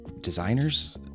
designers